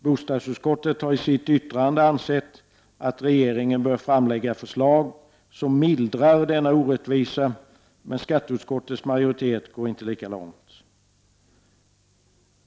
Bostadsutskottet har i sitt yttrande ansett att regeringen bör framlägga förslag som mildrar denna orättvisa, men skatteutskottets majoritet går inte Prot. 1989/90:140 lika långt.